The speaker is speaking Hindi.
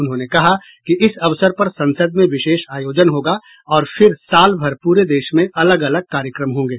उन्होंने कहा कि इस अवसर पर संसद में विशेष आयोजन होगा और फिर साल भर पूरे देश में अलग अलग कार्यक्रम होंगे